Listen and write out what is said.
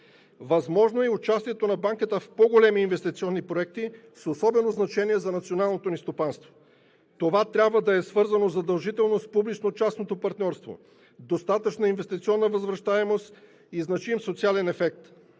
Възможно е и участието на Банката в по големи инвестиционни проекти с особено значение за националното ни стопанство. Това трябва да е свързано задължително с публично частното партньорство, достатъчна инвестиционна възвръщаемост и значим социален ефект.